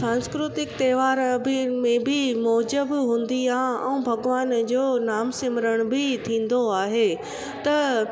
सांस्कृतिक त्योहार में बि मौज हूंदी आहे ऐं भॻिवान जो नाम सिमरण बि थींदो आहे त